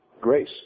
grace